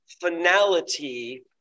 finality